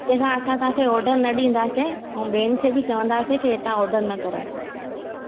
अॻिते खां असां तव्हांखे ऑडर न ॾींदासीं ऐं ॿियनि खे बि चवंदासीं के हितां ऑडर न कनि बसि